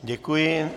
Děkuji.